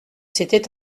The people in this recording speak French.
c’était